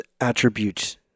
attributes